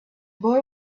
boy